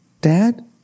Dad